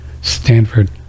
Stanford